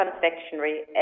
confectionery